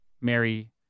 Mary